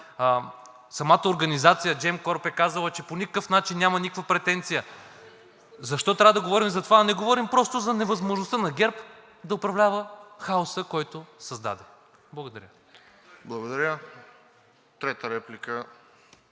Самата организация Gemcorp е казала, че по никакъв начин няма никаква претенция. Защо трябва да говорим за това, а не говорим просто за невъзможността на ГЕРБ да управлява хаоса, който създаде? Благодаря. ПРЕДСЕДАТЕЛ РОСЕН